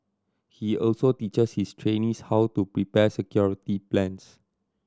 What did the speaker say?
he also teaches his trainees how to prepare security plans